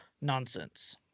Nonsense